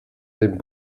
den